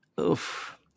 Oof